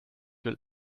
will